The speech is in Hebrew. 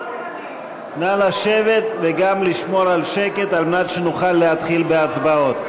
נא לשבת וגם לשמור על שקט על מנת שנוכל להתחיל בהצבעות.